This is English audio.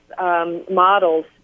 models